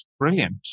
brilliant